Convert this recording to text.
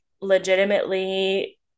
legitimately